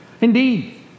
Indeed